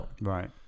Right